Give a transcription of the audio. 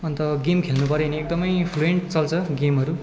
अन्त गेम खेल्नु पऱ्यो भने एकदमै फ्लुएन्ट चल्छ गेमहरू